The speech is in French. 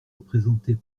représentait